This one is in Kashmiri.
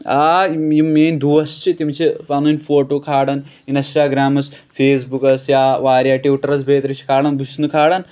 آ یِم یِم میٲنۍ دوس چھِ تِم چھِ پَنٕںۍ فوٹو کھالان اِنسٹاگرَمَس فیس بُکَس یا واریاہ ٹوٹرس چھِ کھالان بہٕ چھُس نہٕ کھالان